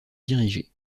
dirigée